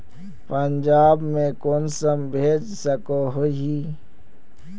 पंजाब में कुंसम भेज सकोही?